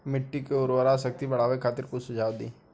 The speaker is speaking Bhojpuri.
मिट्टी के उर्वरा शक्ति बढ़ावे खातिर कुछ सुझाव दी?